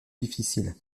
difficile